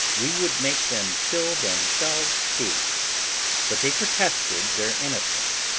we would make them kill themselves too but they protested their innocence,